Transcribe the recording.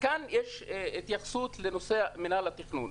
כאן יש התייחסות לנושא מנהל התכנון.